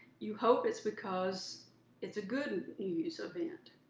you hope it's because it's a good news event.